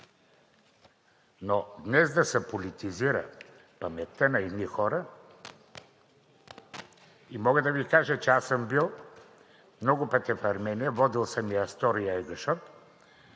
днес да се политизира паметта на едни хора!? Мога да Ви кажа, че съм бил много пъти в Армения, водил съм и Астор и Хайгашод